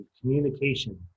communication